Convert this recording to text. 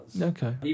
Okay